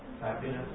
Happiness